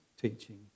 teaching